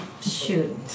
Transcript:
Shoot